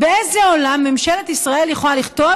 באיזה עולם ממשלת ישראל יכולה לכתוב